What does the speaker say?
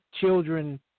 Children